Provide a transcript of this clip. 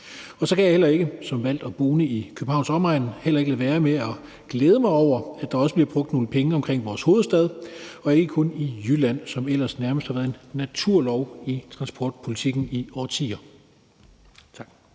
Og så kan jeg heller ikke som valgt og bosiddende i Københavns omegn lade være med at glæde mig over, at der også bliver brugt nogle penge på vores hovedstad og ikke kun i Jylland, hvilket ellers nærmest har været en naturlov i transportpolitikken i årtier. Tak.